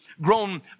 grown